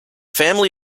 family